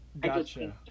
Gotcha